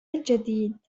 الجديد